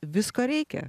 visko reikia